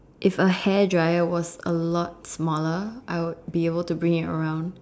if a hair dryer was a lot smaller I would be able to bring it around